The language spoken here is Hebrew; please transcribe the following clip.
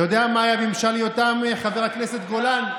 אתה יודע מה היה במשל יותם, חבר הכנסת גולן?